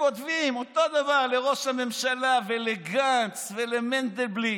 כותבים אותו דבר לראש הממשלה ולגנץ ולמנדלבליט,